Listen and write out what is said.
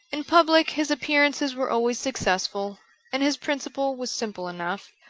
in public his appearances were always successful and his principle was simple enough.